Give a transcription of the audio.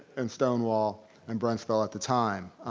and stonewall and bronxville at the time,